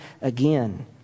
again